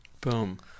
Boom